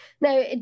No